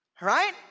Right